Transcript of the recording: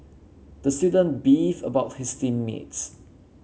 the student beefed about his team mates